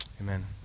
Amen